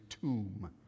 tomb